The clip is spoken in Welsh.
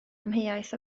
amheuaeth